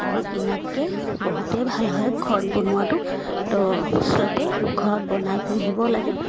আৰু কিনাতকৈ বহুতেই ভাল হয় ঘৰত বনোৱাটো তো চবেই ঘৰত বনাই পিন্ধিব লাগে